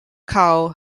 called